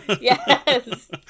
Yes